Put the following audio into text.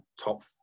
top